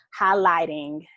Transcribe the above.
highlighting